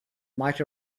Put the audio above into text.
might